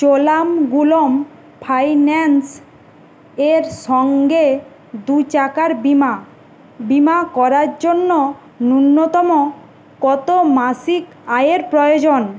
Cholamandalam finance এর সঙ্গে দু চাকার বিমা বিমা করার জন্য ন্যূনতম কত মাসিক আয়ের প্রয়োজন